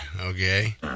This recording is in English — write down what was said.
Okay